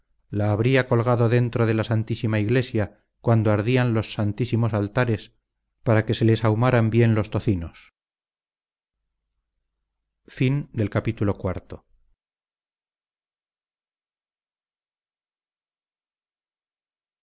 la habría colgado dentro de la santísima iglesia cuando ardían los santísimos altares para que se les ahumaran bien los tocinos